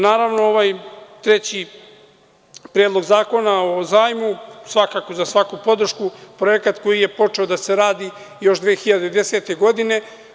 Naravno, ovaj treći Predlog zakona o zajmu svakako za svaku podršku, projekat koji je počeo da se radi još 2010. godine.